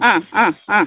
ആ ആ ആ